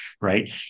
right